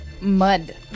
mud